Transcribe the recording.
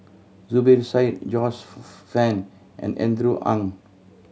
Zubir Said Joyce Fan and Andrew Ang